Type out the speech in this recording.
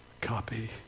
copy